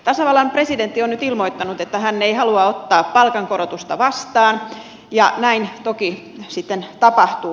tasavallan presidentti on nyt ilmoittanut että hän ei halua ottaa palkankorotusta vastaan ja näin toki sitten tapahtuu